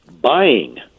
buying